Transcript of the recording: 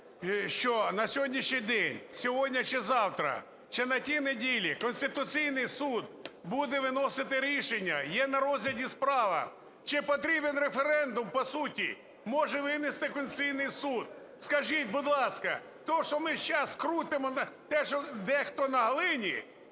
що на сьогоднішній день, сьогодні чи завтра, чи на тій неділі Конституційний Суд буде виносити рішення, є на розгляді справа, чи потрібен референдум, по суті, може винести Конституційний Суд. Скажіть, будь ласка, те, що ми зараз крутимо, те, що дехто на глині,